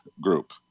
group